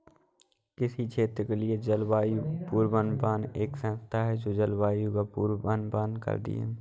किसी क्षेत्र के लिए जलवायु पूर्वानुमान एक संस्था है जो जलवायु का पूर्वानुमान करती है